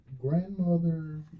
grandmother